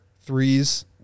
threes